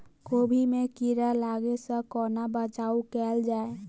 कोबी मे कीड़ा लागै सअ कोना बचाऊ कैल जाएँ?